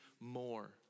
more